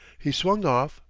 he swung off,